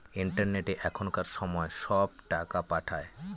ইন্টারনেটে এখনকার সময় সব টাকা পাঠায়